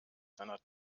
seiner